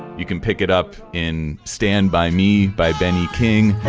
you can pick it up in stand by me by benny king.